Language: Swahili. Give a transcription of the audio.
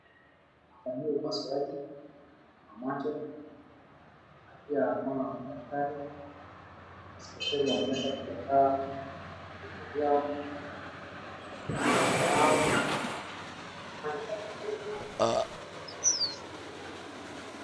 Wanafanyiwa upasuaji wa macho na pia naona madkatri spesheli wameweza kuandaa vitu vyao. kwenye taaluma yao wanafanya kazi yao nzuri sana.